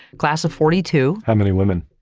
class of forty two. how many women?